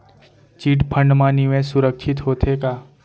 Chit fund मा निवेश सुरक्षित होथे का?